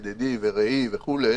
ידידי ורעי וכולי,